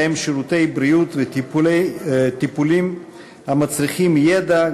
ובהם שירותי בריאות וטיפולים המצריכים ידע,